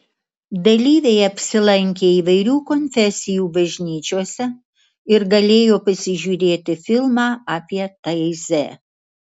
dalyviai apsilankė įvairių konfesijų bažnyčiose ir galėjo pasižiūrėti filmą apie taizė